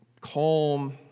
calm